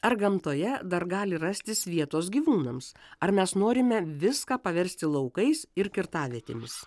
ar gamtoje dar gali rastis vietos gyvūnams ar mes norime viską paversti laukais ir kirtavietėmis